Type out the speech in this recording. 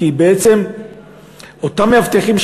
כי בעצם אותם מאבטחים,